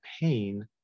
pain